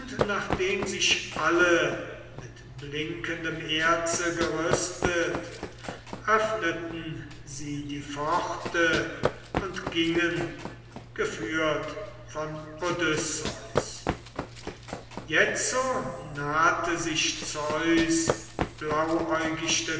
nachdem sie sich alle mit blinkendem erze gerüstet öffneten sie die pforte und gingen geführt von odysseus jetzo nahte sich zeus